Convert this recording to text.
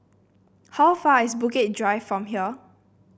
how far is Bukit Drive from here